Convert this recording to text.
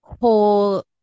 whole